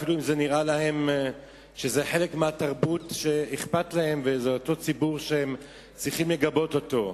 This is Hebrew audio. אפילו אם זה חלק מהתרבות שאכפת להם ממנה וזה ציבור שצריך לגבות אותו.